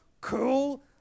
cool